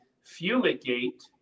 fumigate